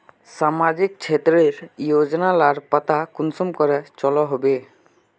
सामाजिक क्षेत्र रेर योजना लार पता कुंसम करे चलो होबे?